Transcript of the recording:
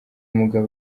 mugabo